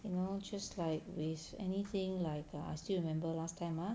you know just like with anything like err still remember last time ah